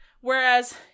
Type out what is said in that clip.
whereas